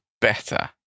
better